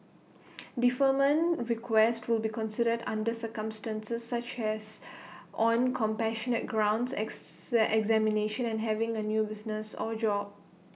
deferment requests will be considered under circumstances such as on compassionate grounds ex examinations and having A new business or job